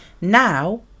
Now